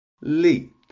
leap